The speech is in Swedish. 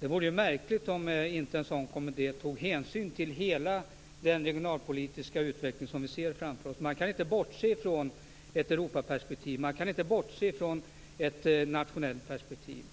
Det vore ju märkligt om en sådan kommitté inte tog hänsyn till hela den regionalpolitiska utveckling som vi ser framför oss. Man kan inte bortse från ett Europaperspektiv och ett nationellt perspektiv.